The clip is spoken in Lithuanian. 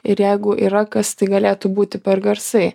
ir jeigu yra kas tai galėtų būti per garsai